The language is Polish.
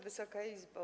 Wysoka Izbo!